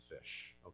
fish